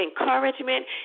encouragement